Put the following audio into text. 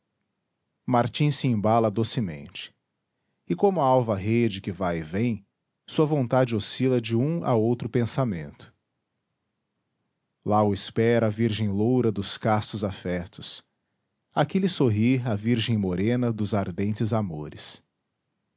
martim se embala docemente e como a alva rede que vai e vem sua vontade oscila de um a outro pensamento lá o espera a virgem loura dos castos afetos aqui lhe sorri a virgem morena dos ardentes amores